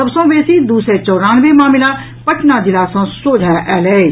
सभ सँ बेसी दू सय चौरानवे मामिला पटना जिला सँ सोझा आयल अछि